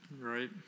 right